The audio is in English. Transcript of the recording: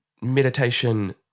meditation